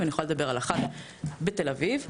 אני יכולה לדבר על אחת בתל אביב,